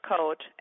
Code